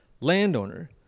landowner